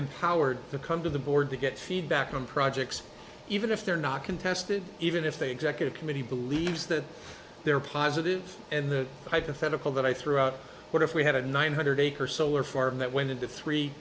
empowered to come to the board to get feedback on projects even if they're not contested even if they executive committee believes that there are positives and the hypothetical that i threw out what if we had a nine hundred acre solar farm that went into three